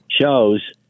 shows